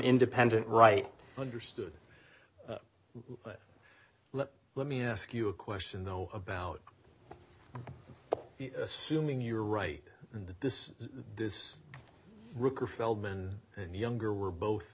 independent right understood let's let me ask you a question though about assuming you're right and this this ricker feldman and younger were both